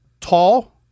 tall